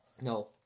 No